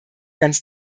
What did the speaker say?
ganz